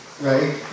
right